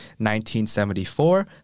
1974